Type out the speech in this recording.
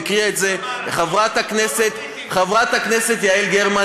והקריאה את זה חברת הכנסת יעל גרמן